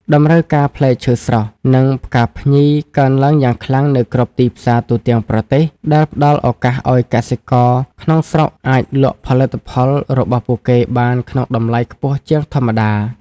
តម្រូវការផ្លែឈើស្រស់ និងផ្កាភ្ញីកើនឡើងយ៉ាងខ្លាំងនៅគ្រប់ទីផ្សារទូទាំងប្រទេស ដែលផ្តល់ឱកាសឱ្យកសិករក្នុងស្រុកអាចលក់ផលិតផលរបស់ពួកគេបានក្នុងតម្លៃខ្ពស់ជាងធម្មតា។